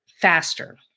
faster